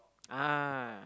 ah